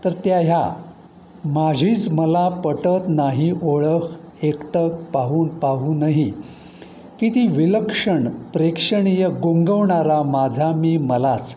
तर त्या ह्या माझीच मला पटत नाही ओळख एकटक पाहून पाहूनही किती विलक्षण प्रेक्षणीय गुंगवणारा माझा मी मलाच